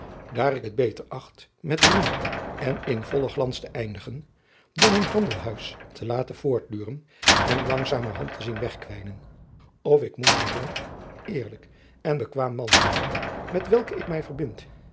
ik het beter acht met roem en in vollen glans te eindigen dan een handelhuis te laten voortduren en langzamerhand te zien wegkwijnen of ik moest een jong eerlijk en bekwaam man adriaan loosjes pzn het leven van maurits lijnslager vinden met welken ik mij verbind